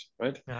right